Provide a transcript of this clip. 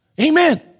Amen